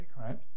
right